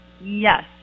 Yes